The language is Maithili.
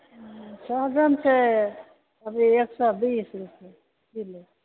सोहजनि छै अभी एक सए बीस रूपये किलो